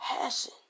passion